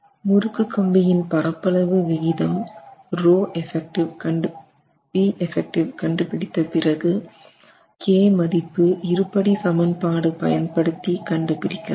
முறுக்கு கம்பியின் பரப்பளவு விகிதம் ρeff கண்டுபிடித்த பிறகு k மதிப்பு இருபடி சமன்பாடு பயன்படுத்தி கண்டு பிடிக்கலாம்